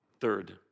Third